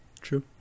True